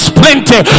plenty